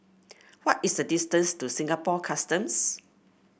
what is the distance to Singapore Customs